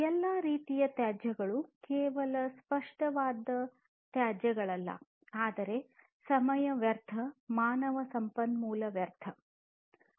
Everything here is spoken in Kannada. ಎಲ್ಲಾ ರೀತಿಯ ತ್ಯಾಜ್ಯಗಳು ಕೇವಲ ಸ್ಪಷ್ಟವಾದ ತ್ಯಾಜ್ಯಗಳಲ್ಲ ಆದರೆ ಸಮಯ ವ್ಯರ್ಥ ಮಾನವ ಸಂಪನ್ಮೂಲ ವ್ಯರ್ಥಗಳಗಿವೆ